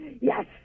Yes